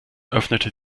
öffnete